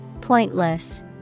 Pointless